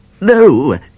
No